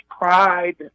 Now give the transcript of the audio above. pride